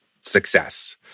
success